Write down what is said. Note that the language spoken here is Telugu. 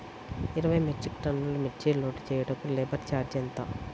ఇరవై మెట్రిక్ టన్నులు మిర్చి లోడ్ చేయుటకు లేబర్ ఛార్జ్ ఎంత?